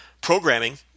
programming